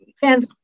fans